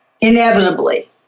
inevitably